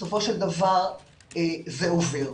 בסופו של דבר זה עובר.